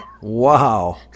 Wow